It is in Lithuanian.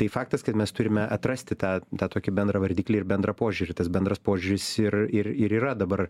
tai faktas kad mes turime atrasti tą tokį bendrą vardiklį ir bendrą požiūrį tas bendras požiūris ir ir ir yra dabar